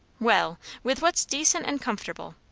well! with what's decent and comfortable.